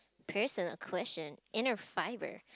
personal question inner fibre